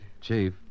Chief